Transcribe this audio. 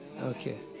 okay